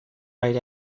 right